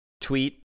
tweet